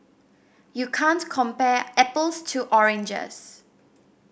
you can't compare apples to oranges